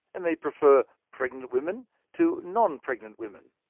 and they prefer pregnant women to non-pregnant women.